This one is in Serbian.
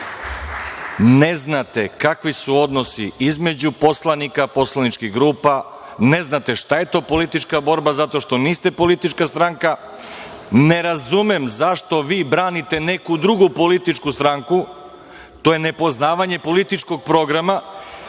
Ne znate kakvi su odnosi između poslanika, poslaničkih grupa, ne znate šta je to politička borba zato što niste politička stranka, ne razumem zašto vi branite neku drugu političku stranku. To je nepoznavanje političkog programa